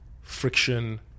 friction